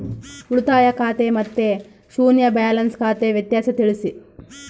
ಉಳಿತಾಯ ಖಾತೆ ಮತ್ತೆ ಶೂನ್ಯ ಬ್ಯಾಲೆನ್ಸ್ ಖಾತೆ ವ್ಯತ್ಯಾಸ ತಿಳಿಸಿ?